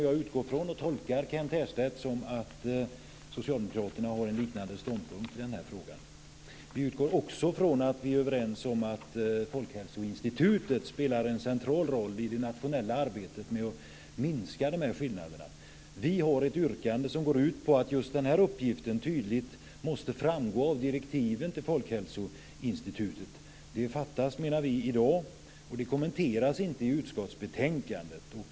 Jag utgår från och tolkar Kent Härstedt som att socialdemokraterna har en liknande ståndpunkt i den här frågan. Jag utgår också från att vi är överens om att Folkhälsoinstitutet spelar en central roll i det nationella arbetet med att minska dessa skillnader. Vi har ett yrkande som går ut på att just den här uppgiften tydligt måste framgå av direktiven till Folkhälsoinstitutet. Detta fattas i dag, menar vi, och det kommenteras inte i utskottsbetänkandet.